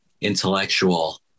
intellectual